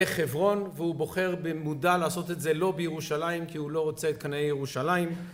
זה חברון והוא בוחר במודע לעשות את זה לא בירושלים כי הוא לא רוצה את קנאי ירושלים